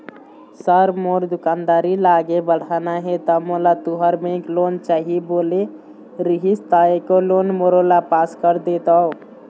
Sir मोर दुकानदारी ला आगे बढ़ाना हे ता मोला तुंहर बैंक लोन चाही बोले रीहिस ता एको लोन मोरोला पास कर देतव?